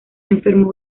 enfermó